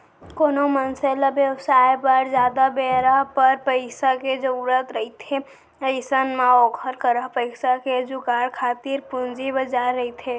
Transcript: कोनो मनसे ल बेवसाय बर जादा बेरा बर पइसा के जरुरत रहिथे अइसन म ओखर करा पइसा के जुगाड़ खातिर पूंजी बजार रहिथे